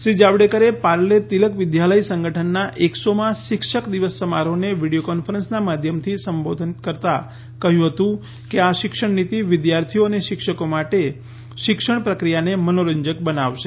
શ્રી જાવડેકરે પાર્લે તિલક વિદ્યાલય સંગઠનના એકસોમાં શિક્ષક દિવસ સમારોહને વિડિયો કોન્ફરન્સના માધ્યમથી સંબોધિત કરતા કહ્યું હતું કે આ શિક્ષણ નીતિ વિદ્યાર્થીઓ અને શિક્ષકો માટે શિક્ષણ પ્રક્રિયાને મનોરંજક બનાવશે